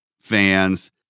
fans